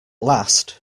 last